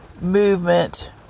movement